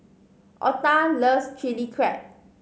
Ota loves Chili Crab